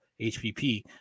HPP